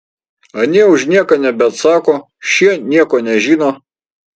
anie už nieką nebeatsako šie nieko nežino